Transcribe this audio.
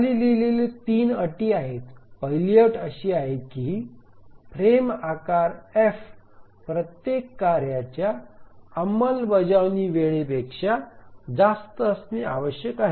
खाली लिहिलेली 3 अटी आहेत पहिली अट अशी आहे की फ्रेम आकार f प्रत्येक कार्याच्या अंमलबजावणी वेळेपेक्षा जास्त असणे आवश्यक आहे